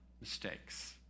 mistakes